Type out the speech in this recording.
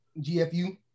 GFU